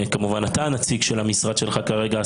כמובן אתה הנציג של המשרד שלך כרגע,